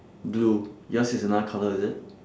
blue yours is another colour is it